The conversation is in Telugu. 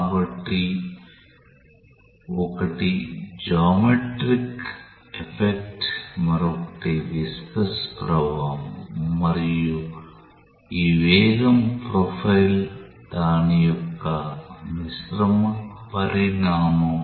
కాబట్టి ఒకటి జామెట్రిక్ ఎఫెక్ట్ మరొకటి విస్కాస్ ప్రభావం మరియు ఈ వేగం ప్రొఫైల్ దాని యొక్క మిశ్రమ పరిణామం